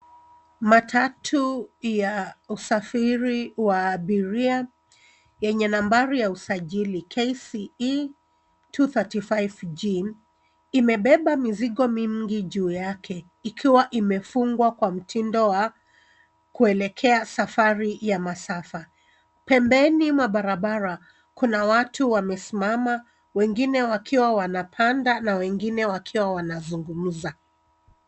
Matatu ya usafiri wa abiria yenye nambari ya usajili KCE 235G imebeba mizigo mingi juu yake ikiwa imefungwa kwa mtindo wa kuelekea safari ya masafa. Pembeni mwa barabara kuna watu wamesimama wengine wakiwa wanapanda na wengine wakiwa wanazungumza.